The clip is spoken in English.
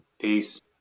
Peace